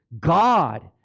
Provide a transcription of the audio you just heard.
God